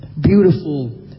beautiful